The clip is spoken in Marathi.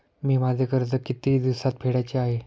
मी माझे कर्ज किती दिवसांत फेडायचे आहे?